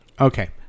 Okay